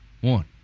one